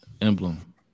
emblem